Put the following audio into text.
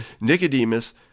Nicodemus